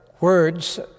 words